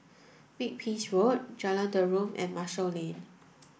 Makepeace Road Jalan Derum and Marshall Lane